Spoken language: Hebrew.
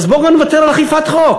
אז בואו נוותר גם על אכיפת חוק.